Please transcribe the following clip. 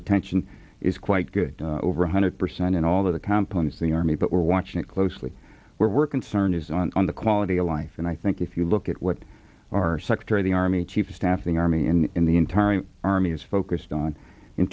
retention is quite good over one hundred percent in all the companies the army but we're watching it closely where we're concerned is on on the quality of life and i think if you look at what our secretary the army chief of staff the army and in the entire army is focused on in